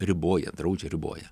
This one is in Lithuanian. riboja draudžia riboja